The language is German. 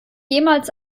jemals